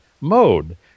mode